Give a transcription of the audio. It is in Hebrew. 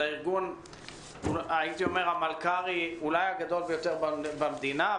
הארגון המלכ"רי אולי הגדול ביותר במדינה,